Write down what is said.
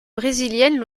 brésilienne